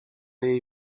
jej